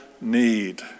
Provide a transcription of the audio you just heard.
need